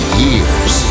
years